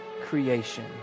creation